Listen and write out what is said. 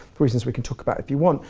for reasons we can talk about if you want.